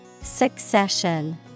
Succession